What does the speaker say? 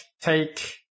take